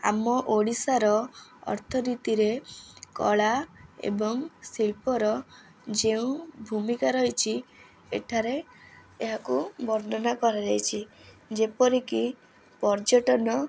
ଆମ ଓଡ଼ିଶାର ଅର୍ଥନୀତିରେ କଳା ଏବଂ ଶିଳ୍ପର ଯେଉଁ ଭୂମିକା ରହିଛି ଏଠାରେ ଏହାକୁ ବର୍ଣ୍ଣନା କରାଯାଇଛି ଯେପରି କି ପର୍ଯ୍ୟଟନ